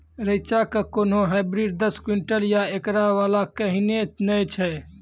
रेचा के कोनो हाइब्रिड दस क्विंटल या एकरऽ वाला कहिने नैय छै?